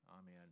Amen